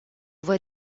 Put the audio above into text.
văd